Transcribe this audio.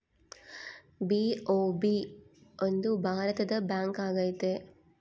BOB ಒಂದು ಭಾರತದ bank ಆಗೈತೆ